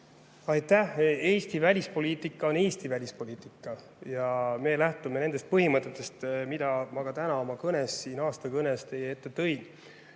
Aitäh! Eesti välispoliitika on Eesti välispoliitika. Me lähtume nendest põhimõtetest, mida ma ka täna siin oma aastakõnes teie ette tõin.